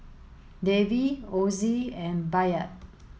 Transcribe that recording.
Davey Ozzie and Bayard